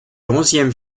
onzième